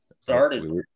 started